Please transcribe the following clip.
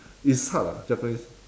it's hard lah japanese